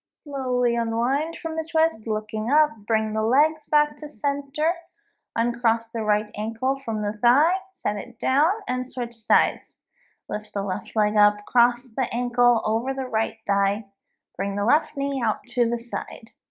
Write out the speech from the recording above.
slowly unwind from the twist looking up bring the legs back to centre uncross the right ankle from the thigh set it down and switch sides lift the left leg up cross the ankle over the right thigh bring the left knee out to the side